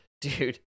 Dude